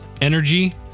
energy